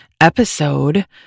Episode